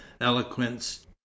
eloquence